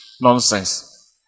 nonsense